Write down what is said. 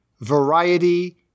variety